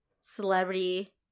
celebrity